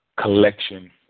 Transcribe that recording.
collection